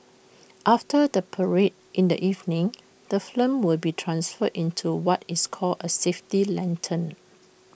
after the parade in the evening the flame will be transferred into what is called A safety lantern